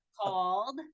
called